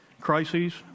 crises